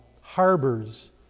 harbors